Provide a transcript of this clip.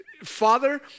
Father